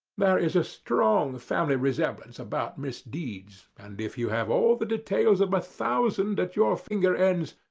there is a strong family resemblance about misdeeds, and if you have all the details of a thousand at your finger ends,